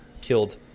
killed